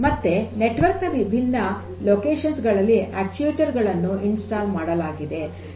ಮತ್ತೆ ನೆಟ್ವರ್ಕ್ ನ ವಿಭಿನ್ನ ಸ್ಥಳಗಳಲ್ಲಿ ಅಕ್ಟುಯೆಟರ್ ಗಳನ್ನು ಸ್ಥಾಪನೆ ಮಾಡಲಾಗಿದೆ